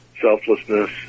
selflessness